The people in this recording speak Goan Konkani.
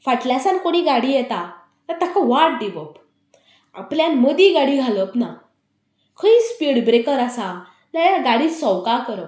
फाटल्यासान कोणी गाडी येता ताका वाट दिवप आपल्यान मदीं गाडी घालप ना खंयय स्पीड ब्रेकर आसा जाल्या गाडी सवकास करप